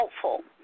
helpful